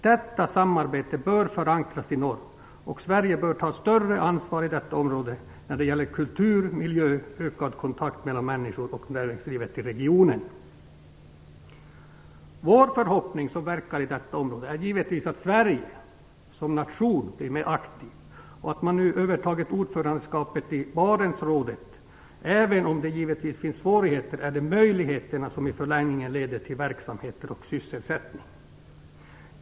Detta samarbete bör förankras i norr, och Sverige bör ta större ansvar i detta område när det gäller kultur, miljö och ökad kontakt mellan människorna och näringslivet i regionen. Vi som verkar i detta område hoppas givetvis att Sverige blir mer aktivt som nation, nu när vi övertagit ordförandeskapet i Barentsrådet. Även om det naturligtvis finns svårigheter är det möjligheterna som i förlängningen leder till verksamheter och sysselsättning.